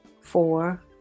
four